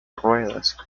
ruedas